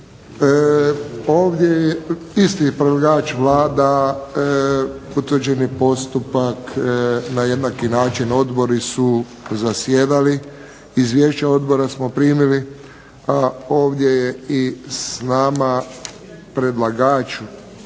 Isti je predlagač Vlada, utvrđen je na jednaki način. Odbori su zasjedali. Izvješća odbora smo primili. A ovdje je i s nama predlagač,